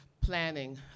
planning